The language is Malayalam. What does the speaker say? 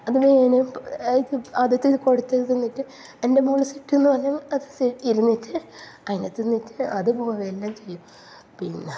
അതിന് വേണേ ആയത് അകത്ത് കൊടുത്തത് തിന്നിട്ട് എൻ്റെ മോൾ സിറ്റ് എന്ന് പറയുമ്പോൾ അത് സി ഇരുന്നിട്ട് അതിനെ തിന്നിട്ട് അത് പോവെല്ലം ചെയ്യും പിന്നെ